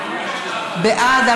בעד,